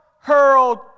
hurled